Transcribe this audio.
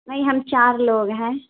نہیں ہم چار لوگ ہیں